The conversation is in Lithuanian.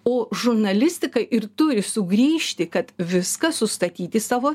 o žurnalistika ir turi sugrįžti kad viską sustatyt į savo